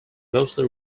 mostly